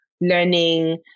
learning